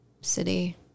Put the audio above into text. city